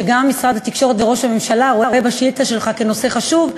שגם משרד התקשורת וראש הממשלה רואים בשאילתה שלך נושא חשוב.